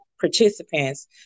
participants